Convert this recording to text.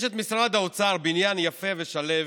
יש את משרד האוצר, בניין יפה ושלו,